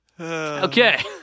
Okay